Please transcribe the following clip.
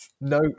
no